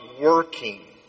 working